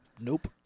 Nope